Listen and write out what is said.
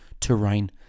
terrain